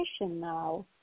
now